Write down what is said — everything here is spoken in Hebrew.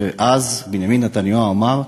שאז בנימין נתניהו אמר: